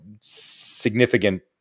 significant